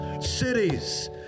cities